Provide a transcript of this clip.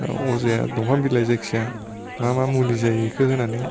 दा अजाया दंफां बिलाइ जायखिजाया मा मा मुलि जायो बेखौ होनानै